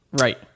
Right